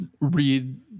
read